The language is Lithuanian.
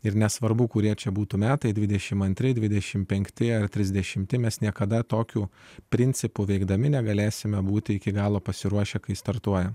ir nesvarbu kurie čia būtų metai divdešim antri dvidešim penkti mes niekada tokių principų veikdami negalėsime būti iki galo pasiruošę kai startuoja